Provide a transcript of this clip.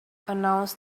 announced